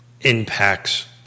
impacts